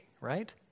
right